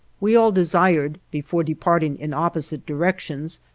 we all desired, before departing in opposite directions,